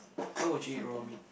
why would you eat raw meat